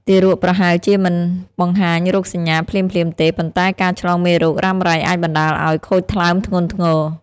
ទារកប្រហែលជាមិនបង្ហាញរោគសញ្ញាភ្លាមៗទេ ប៉ុន្តែការឆ្លងមេរោគរ៉ាំរ៉ៃអាចបណ្តាលឱ្យខូចថ្លើមធ្ងន់ធ្ងរ។